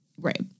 Right